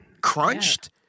crunched